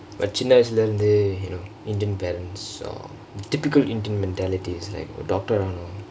but சின்ன வயசுல இருந்து:chinna vayasula irundthu you know indian parents typical indian mentality is like doctor ஆகும்:aaganum